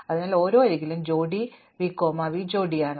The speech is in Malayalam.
അതിനാൽ ഓരോ അരികിലും ജോഡി വി കോമ വി ജോഡിയാണ്